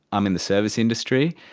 i'm in the service industry,